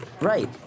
right